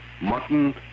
mutton